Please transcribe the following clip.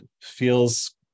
feels